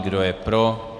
Kdo je pro.